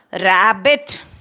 rabbit